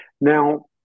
now